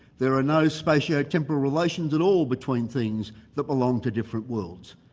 there are no spatio-temporal relations at all between things that belong to different worlds.